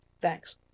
thanks